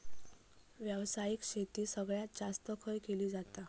व्यावसायिक शेती सगळ्यात जास्त खय केली जाता?